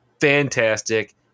fantastic